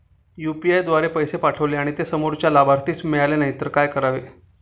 UPI द्वारे पैसे पाठवले आणि ते समोरच्या लाभार्थीस मिळाले नाही तर काय करावे?